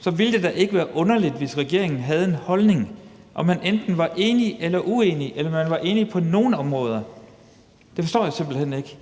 Så ville det da ikke være underligt, hvis regeringen havde en holdning og man enten var enig eller uenig eller man var enig på nogle områder. Jeg forstår det simpelt hen ikke.